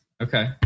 Okay